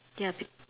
ya big